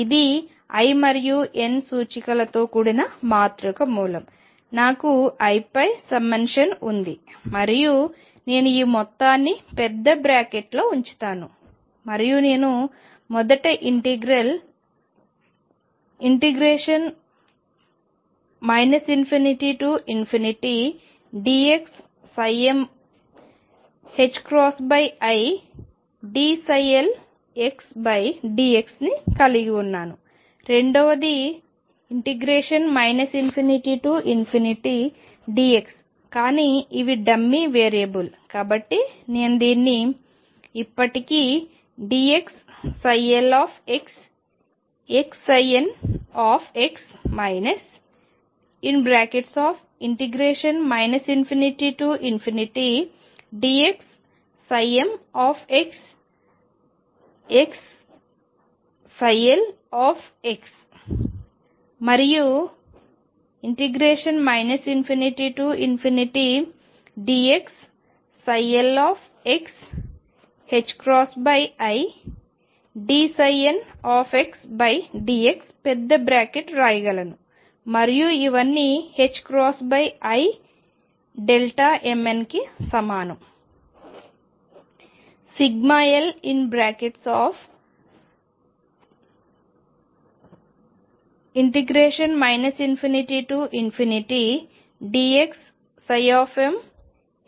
ఇది l మరియు n సూచికలతో కూడిన మాతృక మూలకం నాకు lపై సమ్మషన్ ఉంది మరియు నేను ఈ మొత్తాన్ని పెద్ద బ్రాకెట్లో ఉంచుతాను మరియు నేను మొదటి ఇంటిగ్రల్ ∞dx midldxని కలిగి ఉన్నాను రెండవది ∞dx కానీ ఇవి డమ్మీ వేరియబుల్ కాబట్టి నేను దీన్ని ఇప్పటికీ dx lxxnx ∞dx mxxl మరియు ∞dx lx idndx పెద్ద బ్రాకెట్ రాయగలను మరియు ఇవన్నీ imn కి సమానం